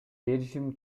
беришим